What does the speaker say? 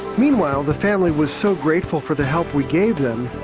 meanwhile, the family was so grateful for the help we gave them,